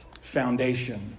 foundation